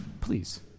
please